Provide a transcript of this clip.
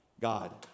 God